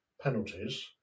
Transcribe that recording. penalties